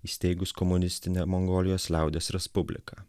įsteigus komunistinę mongolijos liaudies respubliką